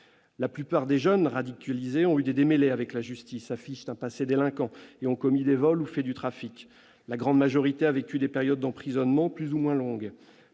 La plupart des jeunes radicalisés ont eu des démêlés avec la justice, affichent un passé de délinquant et ont commis des vols ou fait du trafic. La grande majorité a vécu des périodes d'emprisonnement plus ou moins longues.